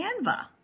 Canva